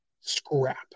scrap